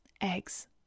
Eggs